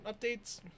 updates